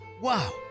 Wow